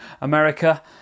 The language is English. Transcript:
America